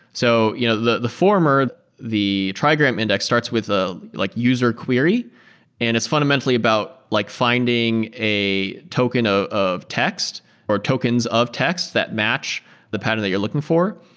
so you know the the former, the trigram index, starts with a like user query and is fundamentally about like finding a token ah of text or tokens of texts that match the pattern that you're looking for.